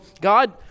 God